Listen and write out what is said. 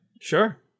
Sure